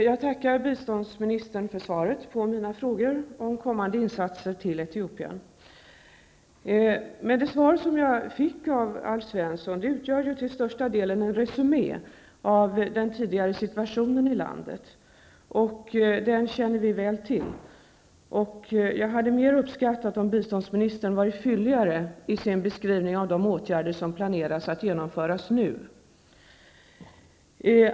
Jag tackar biståndsministern för svaret på mina frågor om kommande insatser för Etiopien. Det svar jag fått av Alf Svensson utgör till största delen en resumé av den tidigare situationen i landet. Den känner vi väl till, och jag hade mer uppskattat om biståndsministern varit fylligare i sin beskrivning av de åtgärder som man planerar att genomföra nu.